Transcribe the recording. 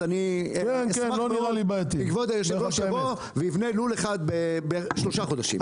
אז אני אשמח שכבוד היו"ר יבוא ויבנה לול אחד בשלושה חדשים.